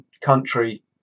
country